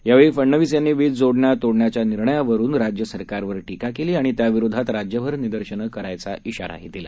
यावेळीफडनवीसयांनीवीजजोडण्यातोडण्याच्यानिर्णयावरूनराज्यसरकारवरटीकाकेलीआणित्याविरोधातराज्यभरनिदर्शनंकरायचा शिराही दिला